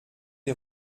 des